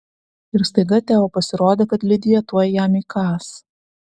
ir staiga teo pasirodė kad lidija tuoj jam įkąs